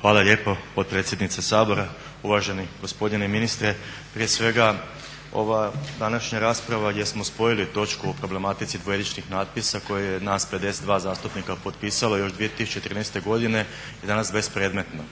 Hvala lijepo potpredsjednice Sabora. Uvaženi gospodine ministre prije svega ova današnja rasprava gdje smo spojili točku o problematici dvojezičnih natpisa koje je nas 52 zastupnika potpisalo još 2013. godine je danas bespredmetna.